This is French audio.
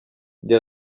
des